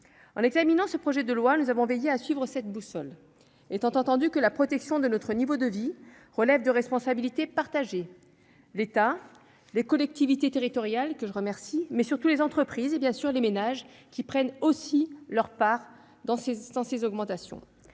En examinant ce projet de loi, nous avons veillé à suivre cette boussole, étant entendu que la protection de notre niveau de vie relève de responsabilités partagées : l'État, les collectivités territoriales, que je salue, mais surtout les entreprises et bien sûr les ménages, qui prennent aussi leur part pour faire face à ces augmentations.